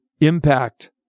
impact